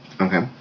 Okay